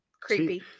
Creepy